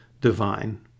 divine